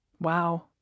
Wow